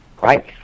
right